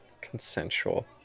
Consensual